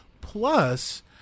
Plus